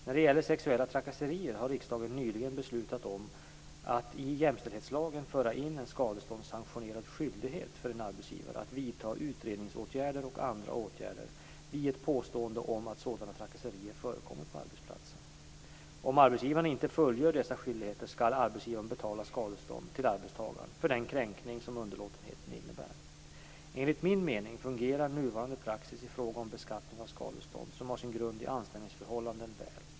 När det gäller sexuella trakasserier har riksdagen nyligen beslutat om att i jämställdhetslagen föra in en skadeståndssanktionerad skyldighet för en arbetsgivare att vidta utredningsåtgärder och andra åtgärder vid ett påstående om att sådana trakasserier förekommer på arbetsplatsen. Om arbetsgivaren inte fullgör dessa skyldigheter skall arbetsgivaren betala skadestånd till arbetstagaren för den kränkning som underlåtenheten innebär. Enligt min mening fungerar nuvarande praxis i fråga om beskattning av skadestånd som har sin grund i anställningsförhållanden väl.